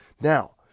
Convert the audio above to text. now